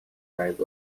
مرگ